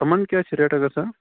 یِمَن کیاہ چھِ ریٹ گَژھان